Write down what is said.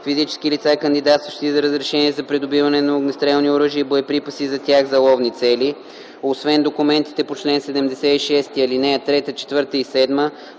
Физически лица, кандидатстващи за разрешение за придобиване на огнестрелни оръжия и боеприпаси за тях за ловни цели, освен документите по чл. 76, ал. 3, 4 и 7